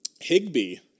Higby